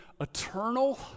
eternal